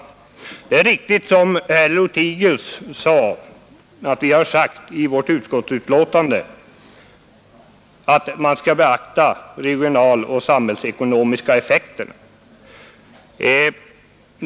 Det är riktigt som herr Lothigius sade att vi i utskottsbetänkandet sagt att man skall beakta regionalpolitiska och samhällsekonomiska effekter.